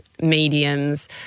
mediums